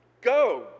Go